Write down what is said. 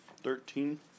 thirteen